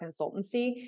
consultancy